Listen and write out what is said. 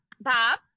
Bob